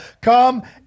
come